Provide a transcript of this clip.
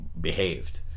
behaved